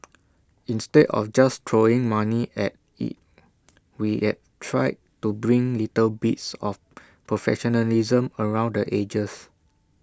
instead of just throwing money at IT we've tried to bring little bits of professionalism around the edges